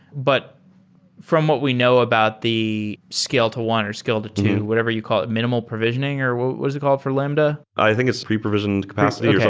but from what we know about the scale to one or scale to two, whatever you call it, minimal provisioning, or what what was it called for lambda? i think it's re-provisioned capacity. yeah